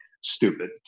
stupid